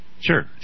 Sure